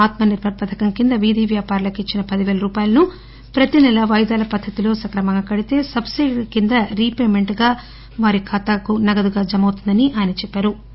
ఆత్మ నిర్బర్ పధకం క్రింద వీధి వ్యాపారులకు ఇచ్చిన పది పేల రూపాయలను ప్రతి నెల వాయిదాల పద్దతిలో సక్రమంగా కడితే సబ్బీడీ కింద రీ పెమెంట్ గా వారి ఖాతాకు నగదుగా జమ అవుతుందని ఆయన అన్నా రు